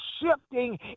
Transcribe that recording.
shifting